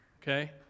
Okay